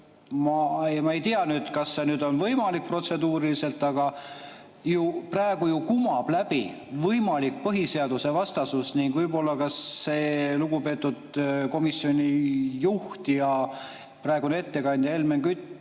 Ma ei tea, kas see on võimalik protseduuriliselt, aga praegu ju kumab läbi võimalik põhiseadusvastasus. Võib-olla lugupeetud komisjoni juht ja praegune ettekandja Helmen Kütt